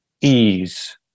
ease